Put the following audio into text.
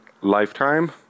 lifetime